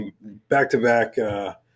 Back-to-back